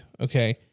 Okay